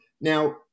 Now